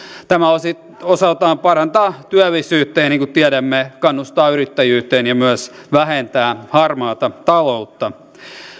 tämä osaltaan parantaa työllisyyttä ja niin kuin tiedämme kannustaa yrittäjyyteen ja myös vähentää harmaata taloutta